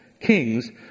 kings